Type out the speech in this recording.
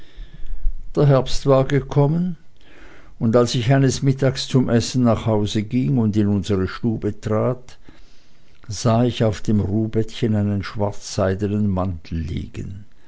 der herbst war gekommen und als ich eines mittags zum essen nach hause ging und in unsere stube trat sah ich auf dem ruhbettchen einen schwarzseidenen mantel liegen